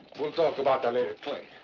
we'll talk but ah later. clay,